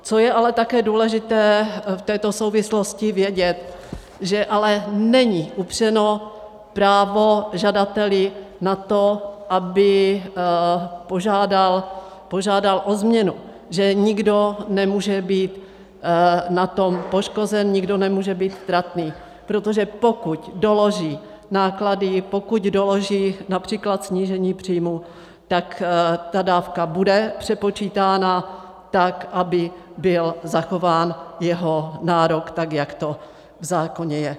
Co je ale také důležité v této souvislosti vědět, že ale není upřeno právo žadateli na to, aby požádal o změnu, že nikdo nemůže být na tom poškozen, nikdo nemůže být tratný, protože pokud doloží náklady, pokud doloží např. snížení příjmu, tak ta dávka bude přepočítána tak, aby byl zachován jeho nárok, tak jak to v zákoně je.